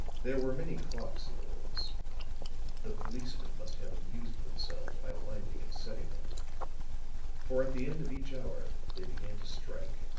there were many clocks in the rooms the policemen must have amused themselves by winding and setting them for at the end of each hour they began to strike,